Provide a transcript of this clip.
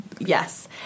Yes